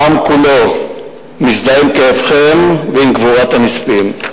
העם כולו מזדהה עם כאבכן ועם גבורת הנספים.